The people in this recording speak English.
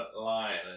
line